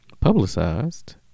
publicized